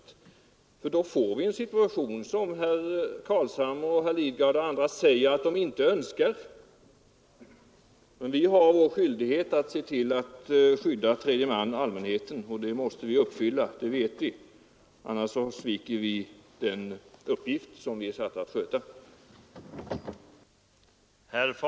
Då får vi nämligen en situation som herr Carlshamre, herr Lidgard och andra säger att de inte önskar. Men vi har skyldighet att skydda tredje man — allmänheten — och den skyldigheten måste vi uppfylla; annars sviker vi den uppgift vi är satta att sköta.